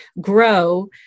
grow